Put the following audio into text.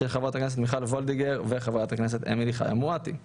של חברות הכנסת מיכל וולדיגר ואמילי חיה מואטי;